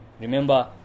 Remember